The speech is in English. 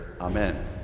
Amen